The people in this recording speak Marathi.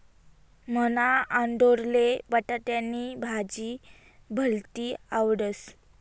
मन्हा आंडोरले बटाटानी भाजी भलती आवडस